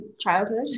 childhood